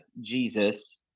Jesus